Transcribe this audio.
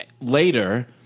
later